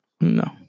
No